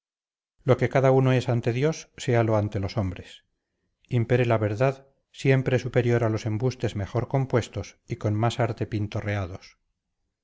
lo que cada uno es ante dios séalo ante los hombres impere la verdad siempre superior a los embustes mejor compuestos y con más arte pintorreados